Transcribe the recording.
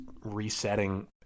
resetting